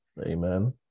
amen